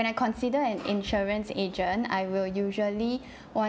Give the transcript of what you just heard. when I consider an insurance agent I will usually want